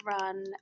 run